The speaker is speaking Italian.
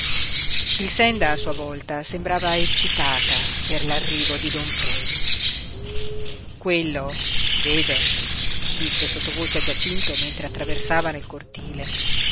grixenda a sua volta sembrava eccitata per l'arrivo di don predu quello vede disse sottovoce a giacinto mentre attraversavano il cortile